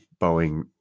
Boeing